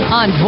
on